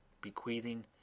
bequeathing